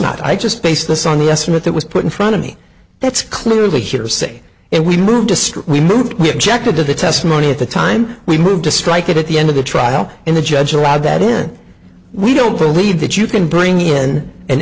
not i just based this on the estimate that was put in front of me that's clearly hearsay and we moved to st we moved the objected to the testimony at the time we moved to strike it at the end of the trial and the judge allowed that in we don't believe that you can bring in an